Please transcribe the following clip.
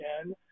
again